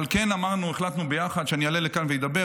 אבל כן החלטנו ביחד שאני אעלה לכאן ואדבר.